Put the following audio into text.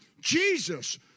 Jesus